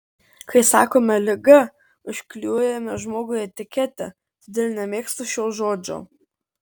kai sakome liga užklijuojame žmogui etiketę todėl nemėgstu šio žodžio